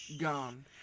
gone